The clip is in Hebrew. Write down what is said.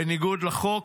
בניגוד לחוק,